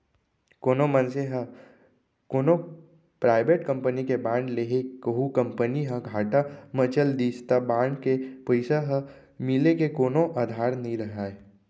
कोनो मनसे ह कोनो पराइबेट कंपनी के बांड ले हे कहूं कंपनी ह घाटा म चल दिस त बांड के पइसा ह मिले के कोनो अधार नइ राहय